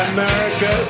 America